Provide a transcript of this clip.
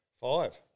Five